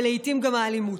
ולעיתים גם האלימות.